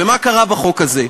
ומה קרה בחוק הזה?